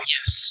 Yes